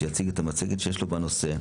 שיציג את המצגת שיש לו בנושא: